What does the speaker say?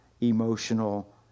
emotional